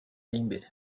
y’imbere